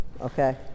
okay